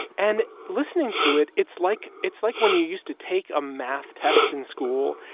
and listening to it, it's like it's like when you used to take a math test in school,